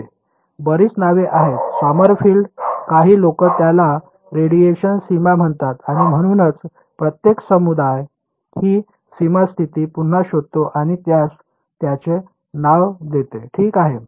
होय बरीच नावे आहेत सॉमरफेल्ड काही लोक त्याला रेडिएशन सीमा म्हणतात आणि म्हणूनच प्रत्येक समुदाय ही सीमा स्थिती पुन्हा शोधतो आणि त्यास त्याचे नाव देते ठीक आहे